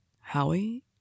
Howie